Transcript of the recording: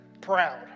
Proud